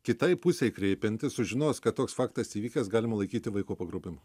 kitai pusei kreipiantis sužinos kad toks faktas įvykęs galima laikyti vaiko pagrobimu